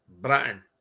Britain